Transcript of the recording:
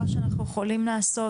אם יש איזה דבר שאנחנו יכולים לעשות,